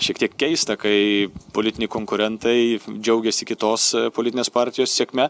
šiek tiek keista kai politiniai konkurentai džiaugiasi kitos politinės partijos sėkme